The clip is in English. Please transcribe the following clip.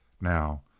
Now